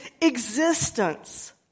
existence